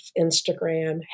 Instagram